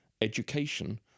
education